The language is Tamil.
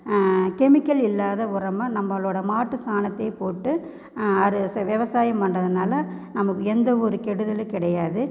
கெமிக்கல் இல்லாத உரம்மாக நம்பளோட மாட்டு சாணத்தையே போட்டு அது விவசாயம் பண்ணுறதுனால நமக்கு எந்த ஒரு கெடுதலும் கிடையாது